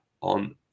on